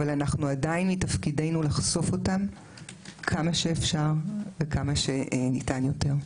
אבל עדיין מתפקידנו לחשוף אותם כמה שאפשר וכמה שניתן יותר.